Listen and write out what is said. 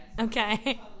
Okay